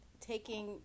Taking